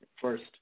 first